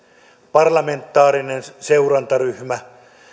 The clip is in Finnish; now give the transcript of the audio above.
parlamentaarinen seurantaryhmä